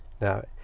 now